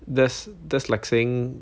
that's that's like saying